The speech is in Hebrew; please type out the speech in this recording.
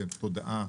זה תודעה,